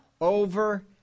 Over